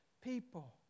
people